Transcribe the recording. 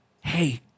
hey